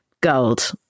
Gold